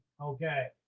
Okay